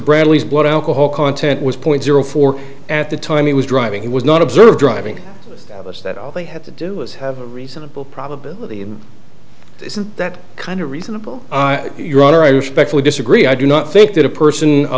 bradley's blood alcohol content was point zero four at the time he was driving he was not observed driving us that all they had to do was have reasonable probability and that kind of reasonable your honor i respectfully disagree i do not think that a person a